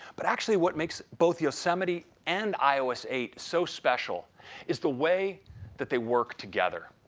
but actually, what makes both yosemite and ios eight so special is the way that they work together.